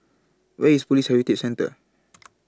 Where IS Police Heritage Centre